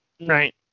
Right